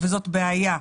וזאת בעיה.